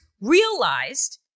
realized